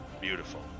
beautiful